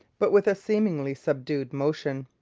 but with a seemingly subdued motion.